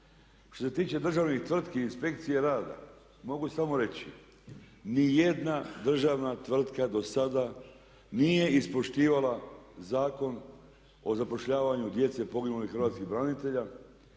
Što se tiče državnih tvrtki i inspekcije rada mogu samo reći nijedna državna tvrtka dosada nije ispoštivala Zakon o zapošljavanju djece poginulih hrvatskih branitelja,